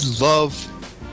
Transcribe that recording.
love